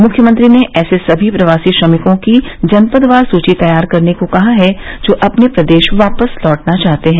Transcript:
मुख्यमंत्री ने ऐसे सभी प्रवासी श्रमिकों की जनपदवार सूची तैयार करने को कहा है जो अपने प्रदेश वापस लौटना चाहते हैं